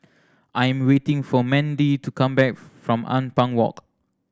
I am waiting for Mandie to come back from Ampang Walk